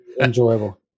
enjoyable